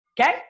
Okay